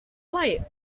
like